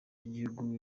y’igihugu